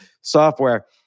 software